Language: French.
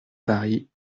paris